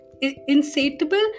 insatiable